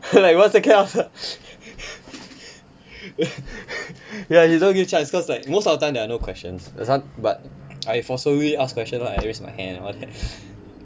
like one second after ya she don't give chance cause like most of the time there are no questions for this one but I forcefully ask question lah I raise my hand all that